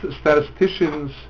statisticians